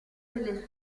delle